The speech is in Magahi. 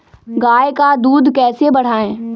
गाय का दूध कैसे बढ़ाये?